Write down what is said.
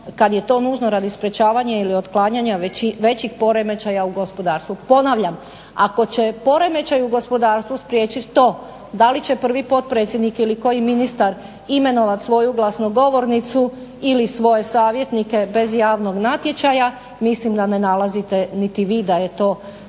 kada je to nužno radi sprečavanja ili otklanjanja većih poremećaja u gospodarstvu. Ponavljam, ako će poremećaj u gospodarstvu spriječiti to da li će prvi potpredsjednik ili ministar imenovati svoju glasnogovornicu ili savjetnike bez javnog natječaja mislim da ne nalazite niti vi da je to taj razlog.